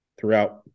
Throughout